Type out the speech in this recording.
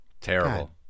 Terrible